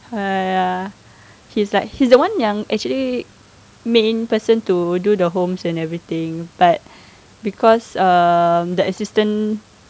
!haiya! he's like he's the one yang actually main person to do the homes and everything but because um the assistant